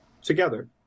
together